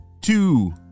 two